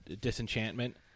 Disenchantment